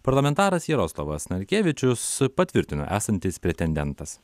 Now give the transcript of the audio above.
parlamentaras jaroslavas narkevičius patvirtino esantis pretendentas